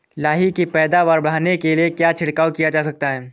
लाही की पैदावार बढ़ाने के लिए क्या छिड़काव किया जा सकता है?